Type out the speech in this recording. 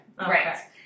Right